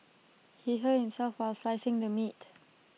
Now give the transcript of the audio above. he hurt himself while slicing the meat